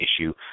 issue